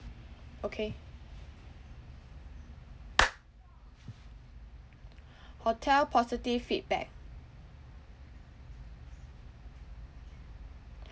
okay hotel positive feedback